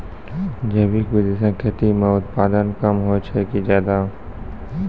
जैविक विधि से खेती म उत्पादन कम होय छै कि ज्यादा?